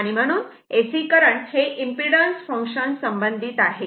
म्हणून AC current हे impedance functions संबंधित आहे